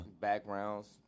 backgrounds